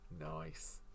nice